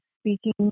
speaking